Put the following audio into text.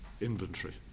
inventory